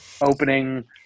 opening